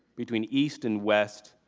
between east and west,